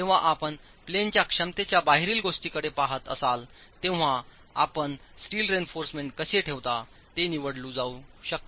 जेव्हा आपण प्लेनच्या क्षमतेच्या बाहेरील गोष्टीकडे पहात असाल तेव्हा आपण स्टील रेइन्फॉर्समेंट कसे ठेवता ते निवडले जाऊ शकते